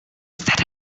that